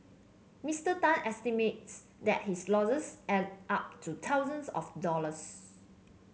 Mister Tan estimates that his losses add up to thousands of dollars